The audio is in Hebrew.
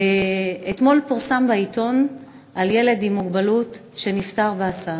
אתמול פורסם בעיתון על ילד עם מוגבלות שנפטר בהסעה.